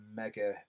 mega